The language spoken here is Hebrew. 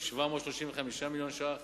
735 מיליון ש"ח,